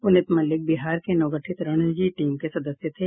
पुनीत मल्लिक बिहार के नवगठित रणजी टीम के सदस्य थे